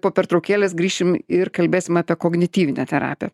po pertraukėlės grįšim ir kalbėsim apie kognityvinę terapiją